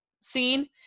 scene